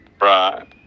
Right